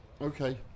Okay